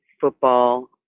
football